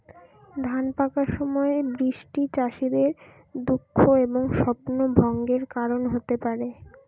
ধান পাকার সময় বৃষ্টি চাষীদের দুঃখ এবং স্বপ্নভঙ্গের কারণ হতে পারে